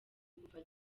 kuva